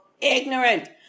ignorant